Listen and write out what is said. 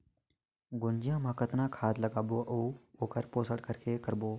गुनजा मा कतना खाद लगाबो अउ आऊ ओकर पोषण कइसे करबो?